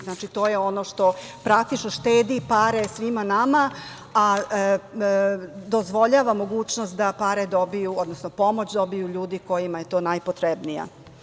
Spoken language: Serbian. Znači, to je ono što praktično štedi pare svima nama, a dozvoljava mogućnost da pomoć dobiju ljudi kojima je to najpotrebnija.